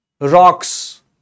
rocks